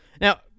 Now